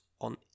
on